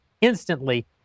instantly